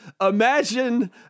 imagine